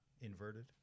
Inverted